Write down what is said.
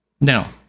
now